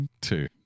Two